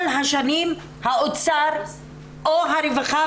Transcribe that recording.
כל השנים האוצר או הרווחה,